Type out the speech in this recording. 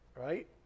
Right